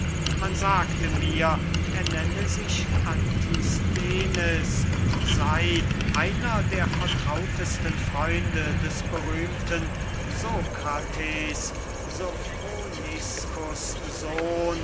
man sagte mir er nenne sich antisthenes und sey einer der vertrautesten freunde des berühmten sokrates sofroniskus sohn